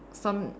some